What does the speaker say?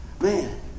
Man